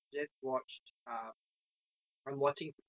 just watched um I'm watching